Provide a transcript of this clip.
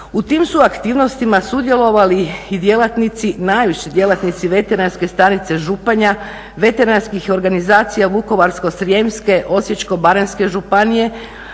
U tim su aktivnostima sudjelovali i djelatnici, najviše djelatnici Veterinarske stanice Županja, veterinarskih organizacija Vukovarsko-srijemske, Osječko-baranjske županije